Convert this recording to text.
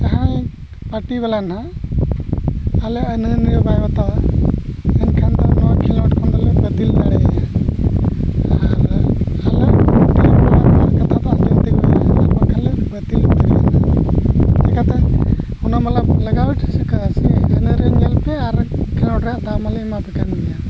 ᱡᱟᱦᱟᱸᱭ ᱯᱟᱴᱤ ᱵᱟᱞᱟ ᱱᱟᱦᱟᱜ ᱟᱞᱮ ᱟᱹᱱᱼᱟᱹᱨᱤᱜᱮ ᱵᱟᱭ ᱵᱟᱛᱟᱣᱟ ᱮᱱᱠᱷᱟᱱ ᱫᱚ ᱱᱚᱣᱟ ᱠᱷᱮᱞᱳᱰ ᱠᱷᱚᱱ ᱫᱚᱞᱮ ᱵᱟᱹᱛᱤᱞ ᱫᱟᱲᱮᱭᱟᱭᱟ ᱟᱨ ᱟᱞᱮᱭᱟᱜ ᱠᱟᱛᱷᱟ ᱫᱚ ᱟᱸᱡᱚᱢ ᱛᱮᱜᱮ ᱦᱩᱭᱩᱜ ᱛᱟᱭᱟ ᱟᱨ ᱵᱟᱝᱠᱷᱟᱱᱞᱮ ᱵᱟᱹᱛᱤᱞ ᱪᱮᱫ ᱠᱟᱛᱮ ᱚᱱᱟ ᱢᱟᱞᱟ ᱞᱟᱜᱟᱣ ᱮᱴᱷᱮᱡ ᱠᱟᱫᱟ ᱥᱮ ᱟᱹᱱᱟᱹ ᱨᱮ ᱧᱮᱞ ᱯᱮ ᱟᱨ ᱠᱷᱮᱞᱳᱰ ᱨᱮᱭᱟᱜ ᱫᱟᱜ ᱢᱟᱞᱮ ᱮᱢᱟᱯᱮ ᱠᱟᱱ ᱜᱮᱭᱟ